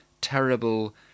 terrible